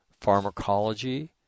pharmacology